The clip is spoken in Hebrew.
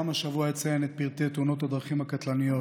גם השבוע אציין את פרטי תאונות הדרכים הקטלניות